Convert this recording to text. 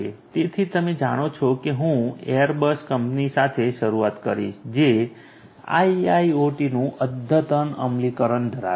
તેથી તમે જાણો છો કે હું એરબસ કંપની સાથે શરૂઆત કરીશ જે IIoTનું અદ્યતન અમલીકરણ ધરાવે છે